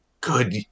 good